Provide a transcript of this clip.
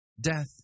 Death